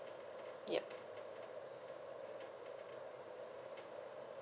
yup